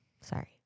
Sorry